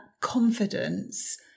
confidence